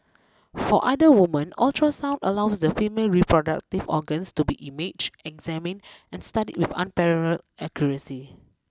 for other women ultrasound allows the female reproductive if organs to be imaged examined and studied with unparalleled accuracy